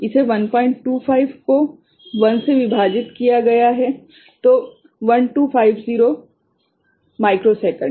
इसलिए 125 को 1 से विभाजित किया गया है तो 1250 माइक्रो सेकंड